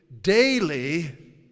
daily